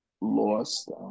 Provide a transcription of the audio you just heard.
lost